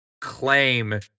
claim